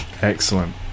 Excellent